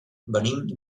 venim